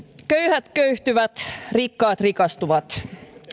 köyhät köyhtyvät rikkaat rikastuvat